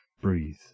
Breathe